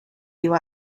you